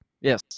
Yes